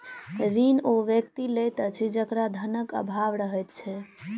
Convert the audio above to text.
ऋण ओ व्यक्ति लैत अछि जकरा धनक आभाव रहैत छै